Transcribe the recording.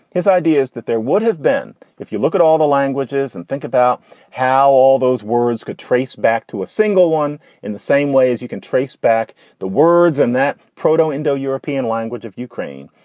his idea is that there would have been if you look at all the languages and think about how all those words could trace back to a single one in the same way as you can trace back the words in and that proteau indo european language of ukraine.